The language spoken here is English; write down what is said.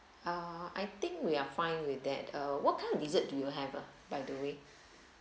err I think we are fine with that uh what kind of dessert do you have ah by the way